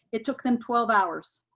it took them twelve hours,